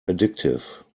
addictive